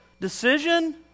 decision